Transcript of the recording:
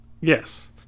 yes